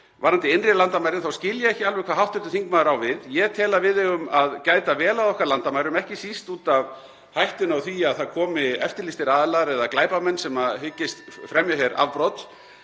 Varðandi innri landamærin þá skil ég ekki alveg hvað hv. þingmaður á við. Ég tel að við eigum að gæta vel að okkar landamærum, ekki síst út af hættunni á því að hingað komi eftirlýstir aðilar eða glæpamenn sem hyggjast (Forseti hringir.)